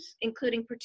including